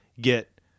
get